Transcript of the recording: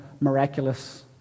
miraculous